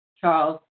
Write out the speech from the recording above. Charles